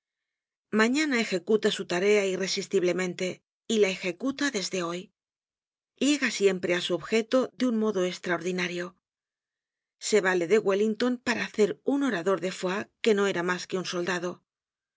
mañana ejecuta su tarea irresistiblemente y la ejecuta desde hoy llega siempre á su objeto de un modo estraordinario se vale de wellington para hacer un orador de foy que no era mas que un soldado foy